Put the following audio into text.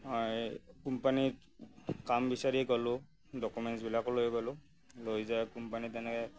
মই কোম্পানীত কাম বিচাৰি গলোঁ ডকুমেণ্টছবিলাকো লৈ গলোঁ লৈ যাই কোম্পানীত এনেকৈ